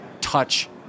touch